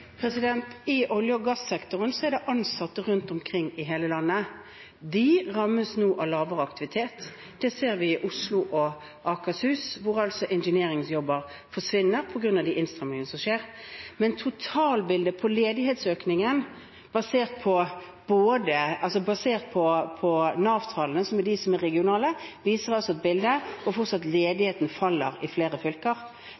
I olje- og gassektoren er det ansatte rundt omkring i hele landet som nå rammes av lavere aktivitet. Det ser vi i Oslo og Akershus, hvor jobber innen engineering forsvinner på grunn av de innstrammingene som skjer. Men totalbildet på ledighetsøkningen basert på Nav-tallene, som er regionale, viser hvor ledigheten fortsatt faller i flere fylker. Da har vi ikke en nasjonal ledighetskrise, og